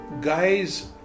guys